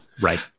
Right